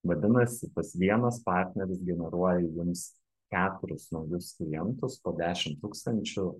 vadinasi tas vienas partneris generuoja jums keturis naujus klientus po dešim tūkstančių